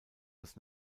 als